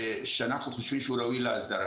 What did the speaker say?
הולכים.